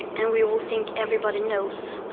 and we all think everybody knows,